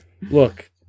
Look